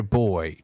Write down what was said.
boy